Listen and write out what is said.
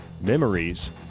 memories